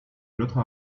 l’autre